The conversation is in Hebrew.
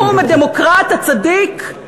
לא יקום הדמוקרט, הצדיק,